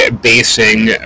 basing